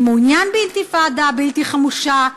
אני מעוניין באינתיפאדה בלתי חמושה,